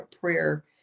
prayer